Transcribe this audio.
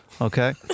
okay